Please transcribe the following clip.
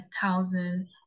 thousand